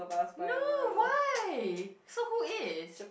no why so who is